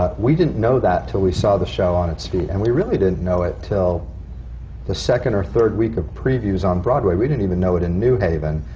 ah we didn't know that until we saw the show on its feet, and we really didn't know it till the second or third week of previews on broadway. we didn't even know it in new haven,